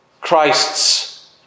Christ's